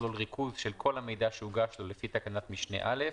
שיכלול ריכוז של כל המידע שהוגש לו לפי תקנת משנה (א),